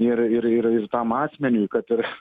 ir ir ir ir tam asmeniui kad ir